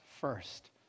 first